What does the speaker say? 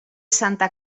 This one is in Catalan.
santa